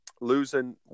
losing